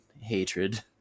hatred